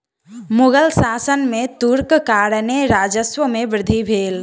मुग़ल शासन में तूरक कारणेँ राजस्व में वृद्धि भेल